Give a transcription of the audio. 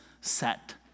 set